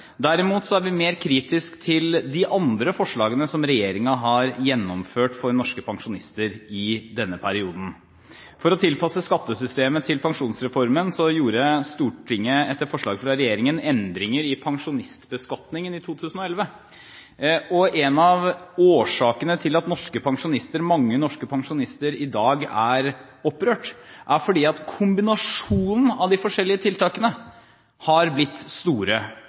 Derimot er vi mer kritiske til de andre forslagene som regjeringen har gjennomført for norske pensjonister i denne perioden. For å tilpasse skattesystemet til pensjonsreformen gjorde Stortinget etter forslag fra regjeringen endringer i pensjonistbeskatningen i 2011. En av årsakene til at mange norske pensjonister i dag er opprørt, er at kombinasjonen av de forskjellige tiltakene har blitt store